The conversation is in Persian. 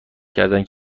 کردند